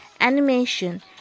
animation